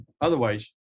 otherwise